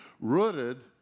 rooted